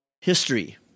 history